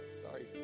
Sorry